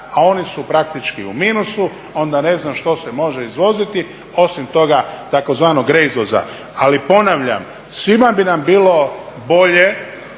a oni su praktički u minusu onda ne znam što se može izvoziti osim toga tzv. reizvoza. Ali ponavljam svima bi nam bilo bolje